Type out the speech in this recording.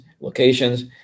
locations